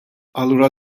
allura